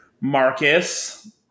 Marcus